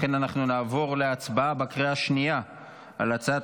לכן אנחנו נעבור להצבעה בקריאה השנייה על הצעת